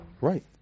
right